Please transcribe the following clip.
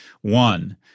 one